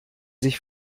sich